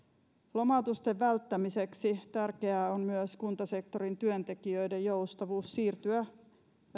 lomautusten välttämiseksi tärkeää on myös kuntasektorin työntekijöiden joustavuus siirtyä